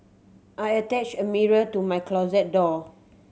I attached a mirror to my closet door